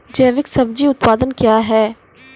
जैविक सब्जी उत्पादन क्या हैं?